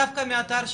דווקא מהאתר שלכם,